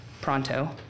pronto